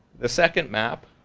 the second map,